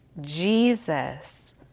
Jesus